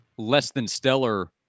less-than-stellar